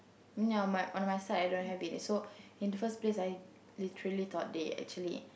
no my on my side I don't have it so in the first place I literally thought that they actually